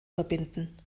verbinden